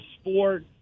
sport